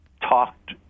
talked